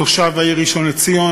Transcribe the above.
תושב העיר ראשון-לציון,